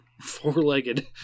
four-legged